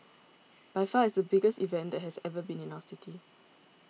by far it's the biggest event that has ever been in our city